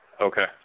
Okay